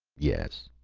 yes,